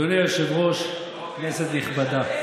אדוני היושב-ראש, כנסת נכבדה,